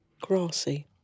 Grassy